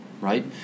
right